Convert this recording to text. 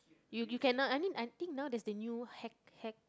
you you cannot I mean I think now there's a new hack hack